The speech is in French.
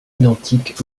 identique